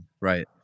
Right